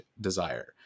desire